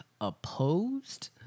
opposed